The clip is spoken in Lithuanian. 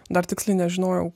dar tiksliai nežinojau